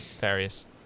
various